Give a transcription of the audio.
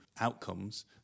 outcomes